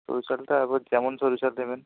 সরু চালটা এবার যেমন সরু চাল নেবেন